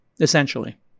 essentially